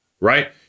right